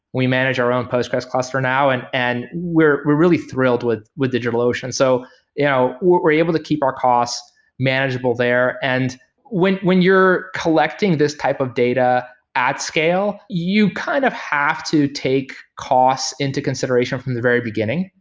we manage our own postgresql cluster now. and and we're we're really thrilled with with digitalocean. so you know we're we're able to keep our cost manageable there. and when when you're collecting this type of data at scale, you kind of have to take costs into consideration from the very beginning.